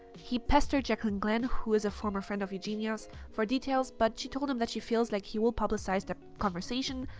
he pestered jaclyn glenn, who is a friend of eugenias, for details but she told him that she feels like he will publicize their conversation,